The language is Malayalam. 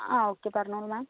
ആ ഓക്കേ പറഞ്ഞോളൂ മാം